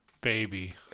baby